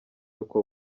uko